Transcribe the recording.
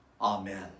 amen